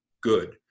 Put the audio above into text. good